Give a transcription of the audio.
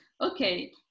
okay